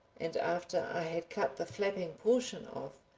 and after i had cut the flapping portion off,